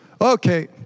Okay